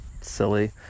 silly